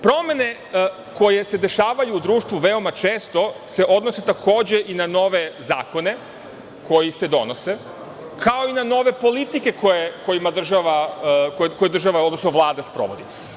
Promene koje se dešavaju u društvu veoma često se odnose, takođe, i na nove zakone koji se donose, kao i na nove politike koje država, odnosno Vlada sprovodi.